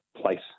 place